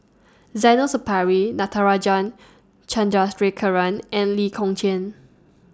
Zainal Sapari Natarajan and Lee Kong Chian